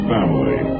Family